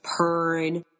Pern